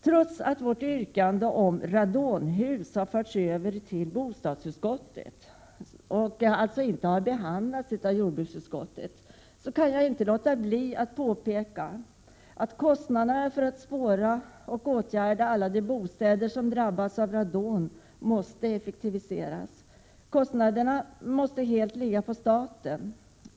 Trots att vårt yrkande beträffande radonhusen har hänvisats till bostadsutskottet och alltså inte har behandlats av jordbruksutskottet, kan jag inte låta bli att påpeka att det behövs en större effektivitet, med tanke på kostnaderna för att spåra och åtgärda alla de bostäder som har drabbats av radon. Kostnaderna måste helt falla på staten.